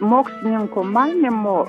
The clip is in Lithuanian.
mokslininkų manymu